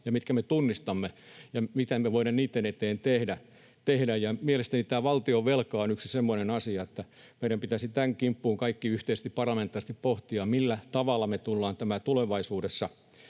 ja mitkä me tunnistamme ja mitä me voidaan niitten eteen tehdä. Mielestäni tämä valtionvelka on yksi semmoinen asia, että meidän pitäisi tämän kimpussa kaikkien yhteisesti, parlamentaarisesti pohtia, millä tavalla tullaan tämä tulevaisuudessa